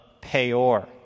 Peor